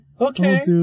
okay